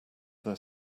their